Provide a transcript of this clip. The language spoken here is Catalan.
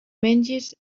menges